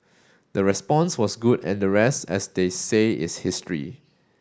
the response was good and the rest as they say is history